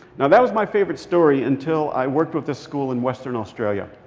now, that was my favorite story until i worked with this school in western australia.